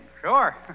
Sure